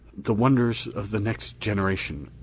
the wonders of the next generation.